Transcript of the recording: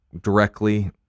directly